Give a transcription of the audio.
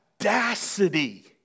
audacity